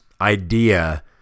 idea